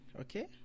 okay